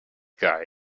guy